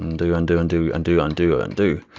undo, undo, undo, undo, undo, undo,